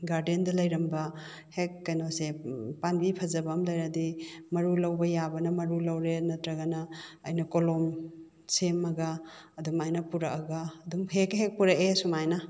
ꯒꯥꯔꯗꯦꯟꯗ ꯂꯩꯔꯝꯕ ꯍꯦꯛ ꯀꯩꯅꯣꯁꯦ ꯄꯥꯝꯕꯤ ꯐꯖꯕ ꯑꯃ ꯂꯩꯔꯗꯤ ꯃꯔꯨ ꯂꯧꯕ ꯌꯥꯕꯅ ꯃꯔꯨ ꯂꯧꯔꯦ ꯅꯠꯇ꯭ꯔꯒꯅ ꯑꯩꯅ ꯀꯣꯂꯣꯝ ꯁꯦꯝꯃꯒ ꯑꯗꯨꯃꯥꯏꯅ ꯄꯨꯔꯛꯑꯒ ꯑꯗꯨꯝ ꯍꯦꯛ ꯍꯦꯛ ꯄꯨꯔꯛꯑꯦ ꯁꯨꯃꯥꯏꯅ